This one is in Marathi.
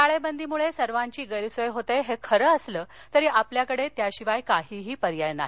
टाळळळळीमुळखिर्वांची गैरसोय होत हखिरं असलं तरी आपल्याकड त्याशिवाय काही पर्याय नाही